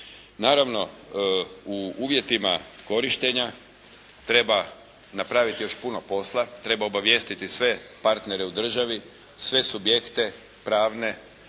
Naravno, u uvjetima korištenja treba napraviti još puno posla, treba obavijestiti sve partnere u državi, sve subjekte pravne